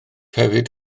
hefyd